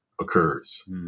occurs